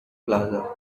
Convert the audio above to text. plaza